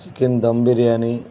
chicken dum biryani